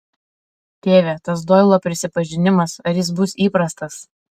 tėve tas doilio prisipažinimas ar jis bus įprastas